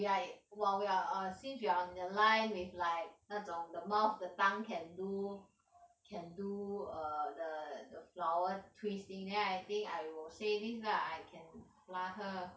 we're in while we are on since we are on the line with like 那种 the mouth the tongue can do can do the err the the flower twist thing then I think I will say this lah I can flutter